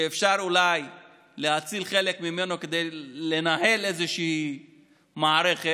שאפשר אולי להציל חלק ממנו כדי לנהל איזושהי מערכת,